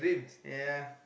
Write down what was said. ya